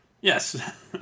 Yes